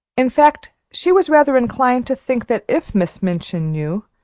in fact, she was rather inclined to think that if miss minchin knew,